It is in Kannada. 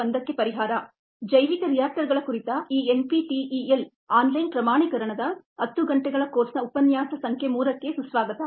1 ಕ್ಕೆ ಪರಿಹಾರ ಜೈವಿಕ ರಿಯಾಕ್ಟರ್ಗಳ ಕುರಿತ ಈ ಎನ್ಪಿಟಿಇಎಲ್ ಆನ್ಲೈನ್ ಪ್ರಮಾಣೀಕರಣದ 10 ಗಂಟೆಗಳ ಕೋರ್ಸ್ನ ಉಪನ್ಯಾಸ ಸಂಖ್ಯೆ 3 ಕ್ಕೆ ಸುಸ್ವಾಗತ